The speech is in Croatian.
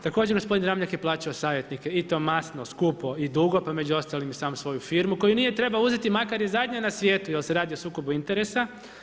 Također gospodin Ramljak je plaćao savjetnike i to masno, skupo i dugo, pa među ostalim i sam svoju firmu koju nije trebao uzeti makar i zadnja na svijetu jer se radi o sukobu interesa.